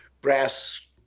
brass